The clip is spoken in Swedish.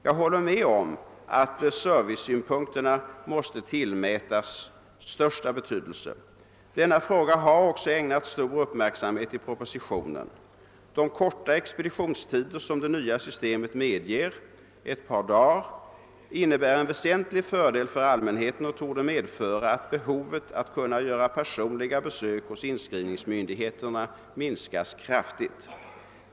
Jag håller med om att servicesynpunkterna måste tillmätas största betydelse. Denna fråga har också ägnats stor uppmärksamhet i propositionen. De korta expeditionstider som det nya systemet medger — ett par dagar — innebär en väsentlig fördel för allmänheten och torde medföra att behovet av att göra personliga besök hos inskrivningsmyndigheten minskas kraftigt.